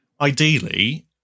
Ideally